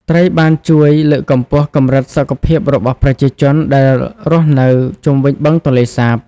ត្រីបានជួយ លើកកម្ពស់ កម្រិតសុខភាពរបស់ប្រជាជនដែលរស់នៅជុំវិញបឹងទន្លេសាប។